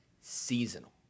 seasonal